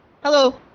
Hello